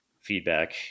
feedback